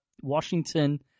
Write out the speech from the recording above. Washington